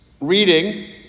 reading